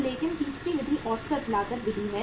तो लेकिन तीसरी विधि औसत लागत विधि है